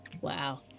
wow